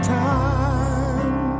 time